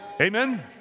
Amen